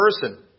person